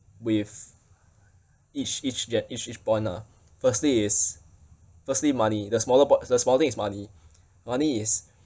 with each each ge~ each each point ah firstly is firstly money the smaller po~ the small thing is money money is